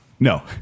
No